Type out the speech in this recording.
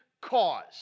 cause